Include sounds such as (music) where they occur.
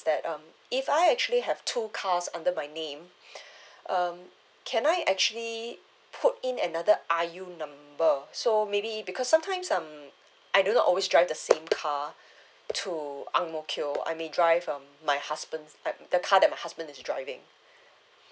that um if I actually have two cars under my name (breath) um can I actually put in another I_U number so maybe because sometimes um I don't always drive the same car to ang mo kio I may drive um my husband's like the car that my husband is driving